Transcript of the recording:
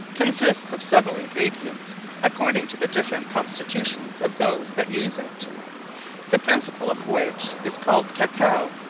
consists of severall ingredients according to the different constitutions of those that use it the principall of which is called cacao,